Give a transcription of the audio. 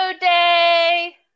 day